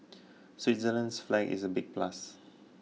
Switzerland's flag is a big plus